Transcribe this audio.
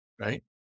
right